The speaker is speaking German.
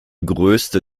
größte